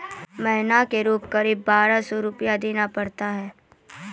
महीना के रूप क़रीब बारह सौ रु देना पड़ता है?